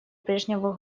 прежнему